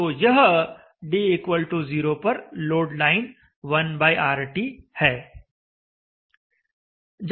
तो यह d0 पर लोड लाइन 1RT है